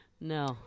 No